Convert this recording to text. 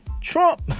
Trump